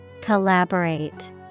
Collaborate